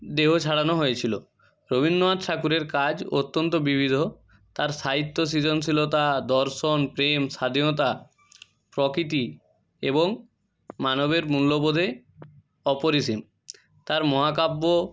দেহ ছাড়ানো হয়েছিলো রবীন্দ্রনাথ ঠাকুরের কাজ অত্যন্ত বিবিধ তাঁর সাহিত্য সিজনশীলতা দর্শন প্রেম স্বাধীনতা প্রকৃতি এবং মানবের মূল্যবোধে অপরিসীম তাঁর মহাকাব্য